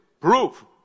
proof